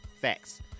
Facts